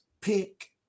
Pick